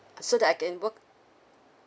so that I can work